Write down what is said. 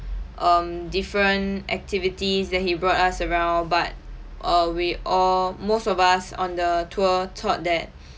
um different activities that he brought us around but uh we all most of us on the tour thought that